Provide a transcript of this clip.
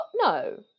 No